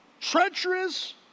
treacherous